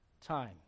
time